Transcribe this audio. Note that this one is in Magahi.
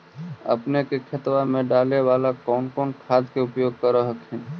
अपने के खेतबा मे डाले बाला कौन कौन खाद के उपयोग कर हखिन?